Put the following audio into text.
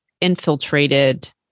infiltrated